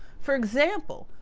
for example,